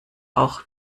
auch